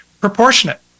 proportionate